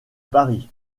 paris